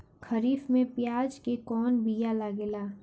खरीफ में प्याज के कौन बीया लागेला?